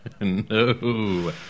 No